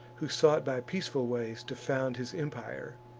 who sought by peaceful ways to found his empire,